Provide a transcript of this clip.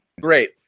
Great